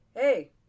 hey